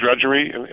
drudgery